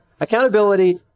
Accountability